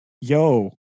yo